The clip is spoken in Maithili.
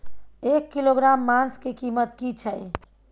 एक किलोग्राम मांस के कीमत की छै?